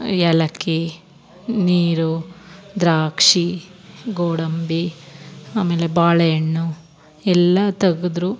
ಏಲಕ್ಕಿ ನೀರು ದ್ರಾಕ್ಷಿ ಗೋಡಂಬಿ ಆಮೇಲೆ ಬಾಳೆಹಣ್ಣು ಎಲ್ಲ ತೆಗದ್ರು